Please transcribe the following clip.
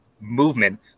movement